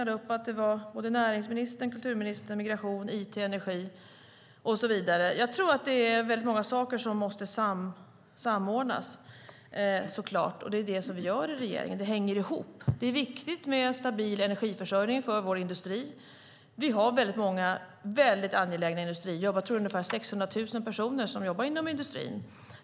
Det gällde näringsministern, kulturministern, migrationsministern, it och energiministern och så vidare. Det är många saker som måste samordnas, och det är vad vi gör i regeringen. Områdena hänger ihop. Det är viktigt med en stabil energiförsörjning för vår industri. Det finns många angelägna industrijobb. Det är ungefär 600 000 personer som jobbar inom industrin.